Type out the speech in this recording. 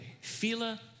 Fila